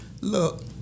Look